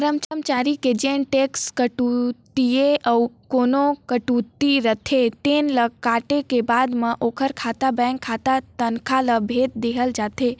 करमचारी के जेन टेक्स कटउतीए अउ कोना कटउती रहिथे तेन ल काटे के बाद म ओखर खाता बेंक खाता तनखा ल भेज देहल जाथे